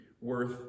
worth